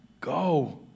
go